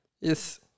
Yes